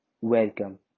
welcome